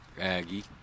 Aggie